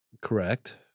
Correct